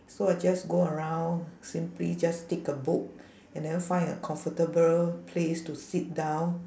so I just go around simply just take a book and then find a comfortable place to sit down